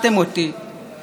עשיתם לו דה-לגיטימציה,